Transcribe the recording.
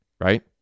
right